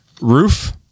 roof